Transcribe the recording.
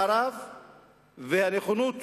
ולדבר על להגיע לשלום כולל עם מדינות ערב ועל הנכונות